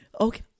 okay